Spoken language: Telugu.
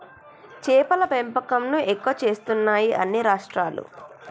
చేపల పెంపకం ను ఎక్కువ చేస్తున్నాయి అన్ని రాష్ట్రాలు